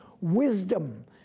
wisdom